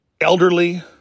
elderly